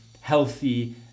healthy